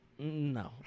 No